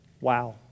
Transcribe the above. Wow